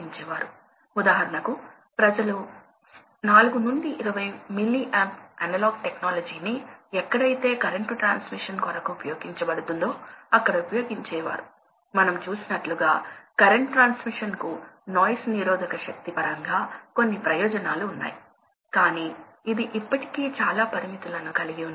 ఇప్పుడు ప్రవాహం ఆపరేటింగ్ పాయింట్ను మార్చడానికి వివిధ మార్గాల ద్వారా వైవిధ్యంగా ఉంటుంది మరియు ఈ మార్గాలు కొన్ని చాలా సరళంగా ఉండవచ్చు కాని ఎనర్జీ పరంగా సమర్థవంతంగా ఉండకపోవచ్చు మరికొన్ని క్లిష్టమైన సాంకేతిక పరిజ్ఞానాన్ని కలిగి ఉండవచ్చు కానీ ఎక్కువ ఎనర్జీ ఆదా అవుతుంది